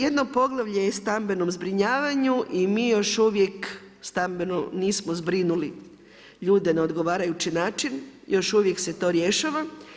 Jedno poglavlje je o stambenom zbrinjavanju i mi još uvijek stambeno nismo zbrinuli ljude na odgovarajući način, još uvijek se to rješava.